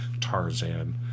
Tarzan